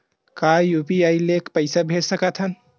का यू.पी.आई ले पईसा भेज सकत हन?